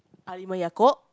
Halimah-Yacob